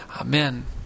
Amen